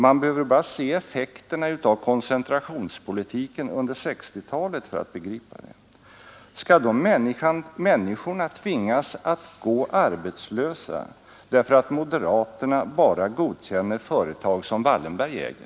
Man behöver bara se effekterna av koncentrationspolitiken under 1960-talet för att begripa det. Skall då människorna tvingas att gå arbetslösa därför att moderaterna bara godkänner företag som Wallenberg äger?